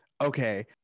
okay